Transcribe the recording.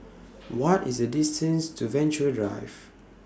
What IS The distance to Venture Drive